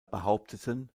behaupteten